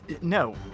No